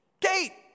Kate